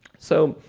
so,